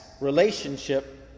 relationship